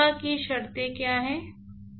सीमा की शर्तें क्या हैं